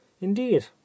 indeed